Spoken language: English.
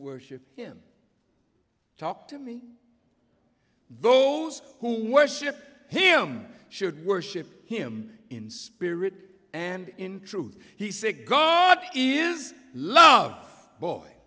worship him talk to me those who worship him should worship him in spirit and in truth he says is love boy